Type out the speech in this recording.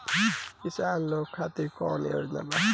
किसान लोग खातिर कौनों योजना बा का?